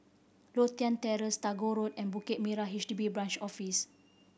Lothian Terrace Tagore Road and Bukit Merah H D B Branch Office